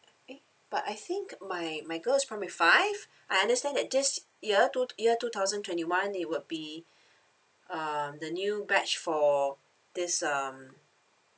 eh but I think my my girls is from the five I understand that this year two year two thousand twenty one it would be um the new batch for this um